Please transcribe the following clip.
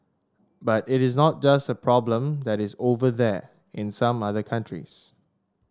but it is not just a problem that is over there in some other countries